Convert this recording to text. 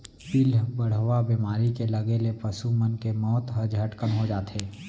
पिलबढ़वा बेमारी के लगे ले पसु मन के मौत ह झटकन हो जाथे